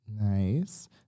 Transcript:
Nice